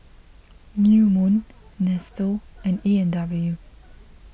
New Moon Nestle and A and W